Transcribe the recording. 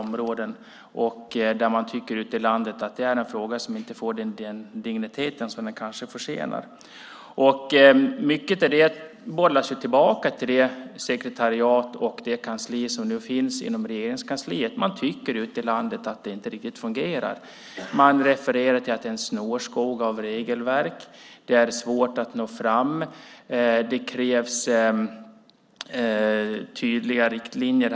Ute i landet tycker man att det är en fråga som inte får den dignitet som den kanske förtjänar. Mycket bollas tillbaka till det sekretariat och kansli som nu finns inom Regeringskansliet. Man tycker ute i landet att det inte riktigt fungerar. Man refererar till att det är en snårskog av regelverk. Det är svårt att nå fram. Det krävs tydliga riktlinjer.